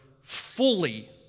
fully